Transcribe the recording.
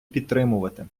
підтримувати